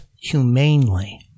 humanely